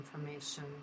information